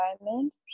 environment